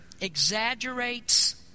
exaggerates